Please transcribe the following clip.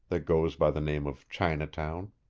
that goes by the name of chinatown.